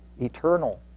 eternal